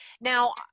now